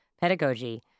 pedagogy